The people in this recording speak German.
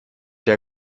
der